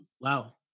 Wow